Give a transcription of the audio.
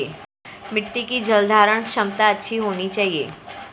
मिट्टी की जलधारण क्षमता अच्छी होनी चाहिए